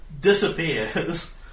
Disappears